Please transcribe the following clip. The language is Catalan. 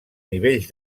nivells